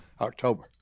October